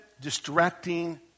distracting